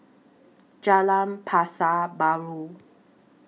Jalan Pasar Baru